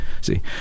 See